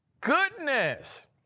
goodness